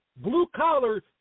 blue-collar